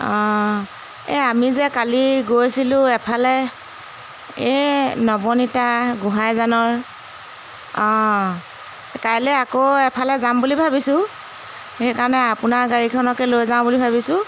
অঁ এই আমি যে কালি গৈছিলোঁ এফালে এই নৱনীতা গোহাঁইজানৰ অঁ কাইলৈ আকৌ এফালে যাম বুলি ভাবিছোঁ সেইকাৰণে আপোনাৰ গাড়ীখনকে লৈ যাওঁ বুলি ভাবিছোঁ